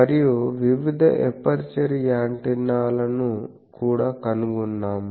మరియు వివిధ ఎపర్చరు యాంటెన్నాలను కూడా కనుగొన్నాము